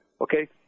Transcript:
Okay